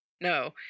No